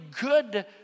good